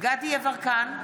דסטה גדי יברקן,